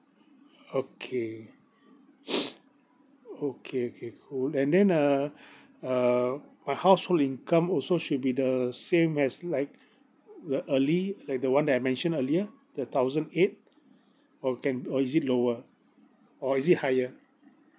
okay okay okay cool and then uh uh my household income also should be the same as like the early like the one that I mentioned earlier the thousand eight or can or is it lower or is it higher